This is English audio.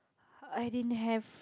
I didn't have